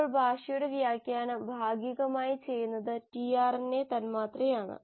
ഇപ്പോൾ ഭാഷയുടെ വ്യാഖ്യാനം ഭാഗികമായി ചെയ്യുന്നത് tRNA തന്മാത്രയാണ്